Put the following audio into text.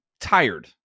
tired